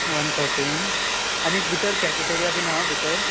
one thirteen आनीक एक भितर कॅफेटेरिया बीन हां भितर